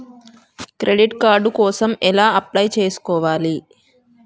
Credit card కోసం ఎలా apply చేసుకోవాలి?